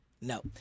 No